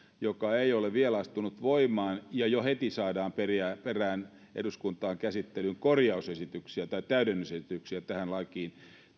joka ei ole vielä astunut voimaan ja jo saadaan heti perään eduskunnan käsittelyyn korjausesityksiä tai täydennysesityksiä tähän lakiin